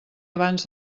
abans